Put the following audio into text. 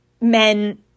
men